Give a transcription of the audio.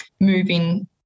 moving